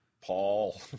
Paul